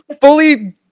fully